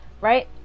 Right